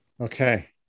Okay